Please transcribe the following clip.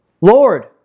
Lord